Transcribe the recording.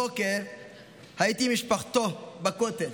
הבוקר הייתי עם משפחתו בכותל